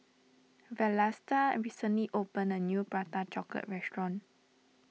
Vlasta recently opened a new Prata Chocolate restaurant